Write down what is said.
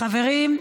חברים,